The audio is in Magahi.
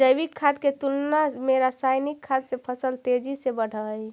जैविक खाद के तुलना में रासायनिक खाद से फसल तेजी से बढ़ऽ हइ